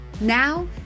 Now